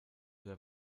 der